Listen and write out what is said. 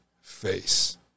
face